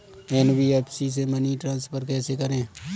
NBFC से money transfer कैसे करें?